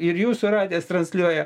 ir jūsų radijas transliuoja